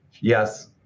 Yes